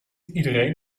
iedereen